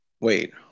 Wait